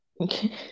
okay